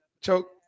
Choke